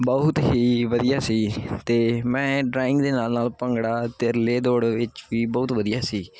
ਬਹੁਤ ਹੀ ਵਧੀਆ ਸੀ ਅਤੇ ਮੈਂ ਡਰਾਇੰਗ ਦੇ ਨਾਲ ਨਾਲ ਭੰਗੜਾ ਅਤੇ ਰਿਲੇ ਦੌੜ ਵਿੱਚ ਵੀ ਬਹੁਤ ਵਧੀਆ ਸੀ